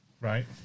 Right